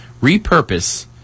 repurpose